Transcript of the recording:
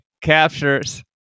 captures